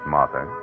Martha